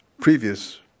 previous